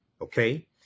Okay